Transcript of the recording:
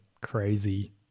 crazy